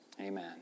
Amen